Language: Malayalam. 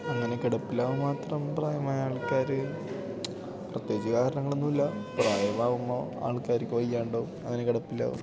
അങ്ങനെ കിടപ്പിലാവാൻ മാത്രം പ്രായമായ ആൾക്കാർ പ്രത്യേകിച്ചു കാരണങ്ങളൊന്നുമില്ല പ്രായമാവുമ്പോൾ ആൾക്കാർക്ക് വയ്യാണ്ടാവും അങ്ങനെ കിടപ്പിലാവും